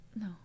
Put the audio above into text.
no